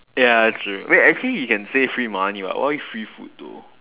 ya true wait actually he can say free money [what] why free food though